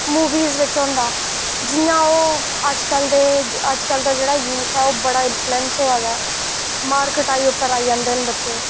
मुवियें बिच होंदा जि'यां ओह् अजकल दे अजकल दा जेह्ड़ा ओह् यूथ ऐ ओह् बड़ा इनफ्लुएंस होआ दा मार कटाई पर आई जंदे न बच्चे